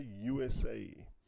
USA